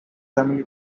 family